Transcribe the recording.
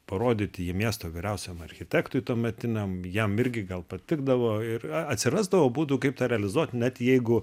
parodyti jį miesto vyriausiam architektui tuometiniam jam irgi gal patikdavo ir atsirasdavo būdų kaip tą realizuot net jeigu